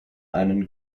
einen